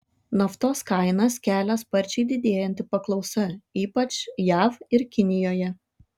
naftos kainas kelia sparčiai didėjanti paklausa ypač jav ir kinijoje